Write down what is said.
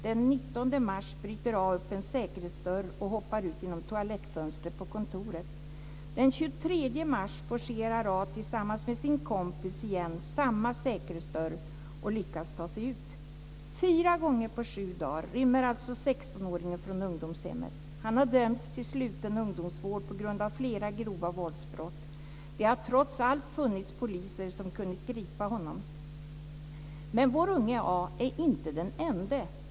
Den 19 mars bryter A upp en säkerhetsdörr och hoppar ut genom toalettfönstret på kontoret. Den 23 mars forcerar A tillsammans med sin kompis igen samma säkerhetsdörr och lyckas ta sig ut. Fyra gånger på sju dagar rymmer alltså 16-åringen från ungdomshemmet. Han har dömts till sluten ungdomsvård på grund av flera grova våldsbrott. Det har trots allt funnits poliser som kunnat gripa honom. Men vår unge A är inte den ende.